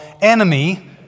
enemy